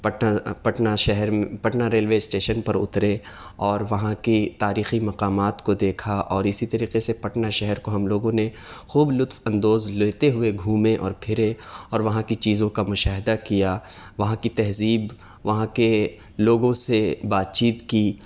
پٹ پٹنہ شہر Patna railway station پر اترے اور وہاں کی تاریخی مقامات کو دیکھا اور اسی طریقے سے پٹنہ شہر کو ہم لوگوں نے خوب لطف اندوز لیتے ہوئے گھومے اور پھرے اور وہاں کی چیزوں کا مشاہدہ کیا وہاں کی تہذیب وہاں کے لوگوں سے بات چیت کی